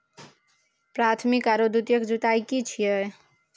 प्राथमिक आरो द्वितीयक जुताई की छिये?